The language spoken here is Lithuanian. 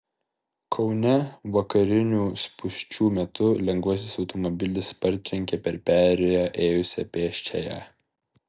kaune vakarinių spūsčių metu lengvasis automobilis partrenkė per perėją ėjusią pėsčiąją